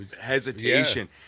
hesitation